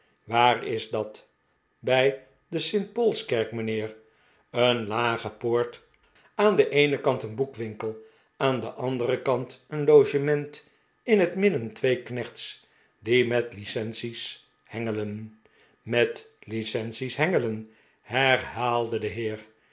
waar is dat bij de st paulskerk mijnheer een lage poortj aan den eenen kant een boekwinkel aan den anderen kant een logement in het midden twee knechts die met licences hengelen met licences hengelen herhaalde de heer